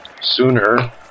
Sooner